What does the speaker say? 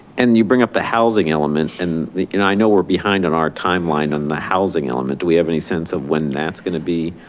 and you bring up the housing element and i know we're behind in our timeline on the housing element. do we have any sense of when that's going to be?